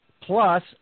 plus